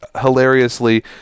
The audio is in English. hilariously